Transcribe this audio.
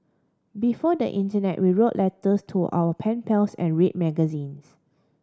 before the internet we wrote letters to our pen pals and read magazine